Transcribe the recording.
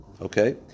Okay